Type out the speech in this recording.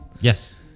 Yes